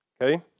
okay